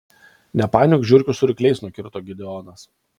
nepainiok žiurkių su rykliais nukirto gideonas